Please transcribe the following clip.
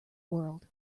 world